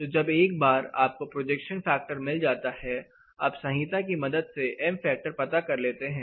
तो जब एक बार आप को प्रोजेक्शन फैक्टर मिल जाता है आप संहिता की मदद से एम फैक्टर पता कर लेते हैं